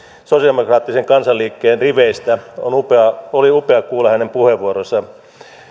sosialidemokraattisen kansanliikkeen riveistä oli upeaa kuulla hänen puheenvuoronsa